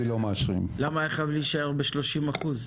למה חייב להישאר ב 30%?